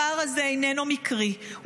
הפער הזה איננו מקרי,